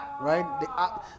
right